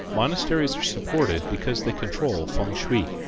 monasteries are supported because they control feng-shui